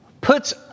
puts